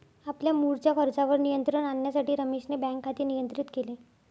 आपल्या मुळच्या खर्चावर नियंत्रण आणण्यासाठी रमेशने बँक खाते नियंत्रित केले